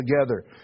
together